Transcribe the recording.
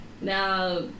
now